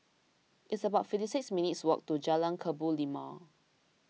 it's about fifty six minutes' walk to Jalan Kebun Limau